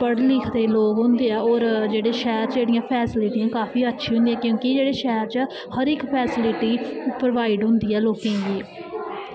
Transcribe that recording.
पढ़े लिखे दे लोग होंदे ऐं और सैह्र च जेह्ड़ियां फैस्लिटियां अच्छियां होंदियां क्योंकि शैह्र च हर इक पैसिलिटी प्रोवाईड होंदी ऐ लोकें गी